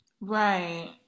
right